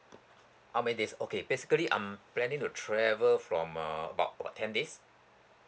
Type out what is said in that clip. how many days okay basically I'm planning to travel from uh about about ten days